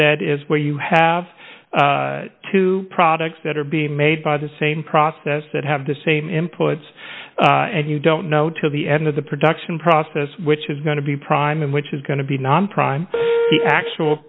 said is where you have two products that are being made by the same process that have the same inputs and you don't know till the end of the production process which is going to be prime and which is going to be non prime the actual